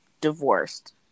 divorced